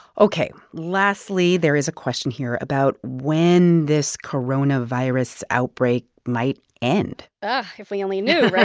ok. lastly, there is a question here about when this coronavirus outbreak might end ah, if we only knew, right?